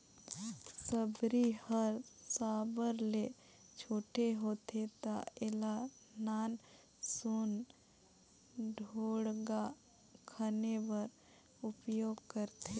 सबरी हर साबर ले छोटे होथे ता एला नान सुन ढोड़गा खने बर उपियोग करथे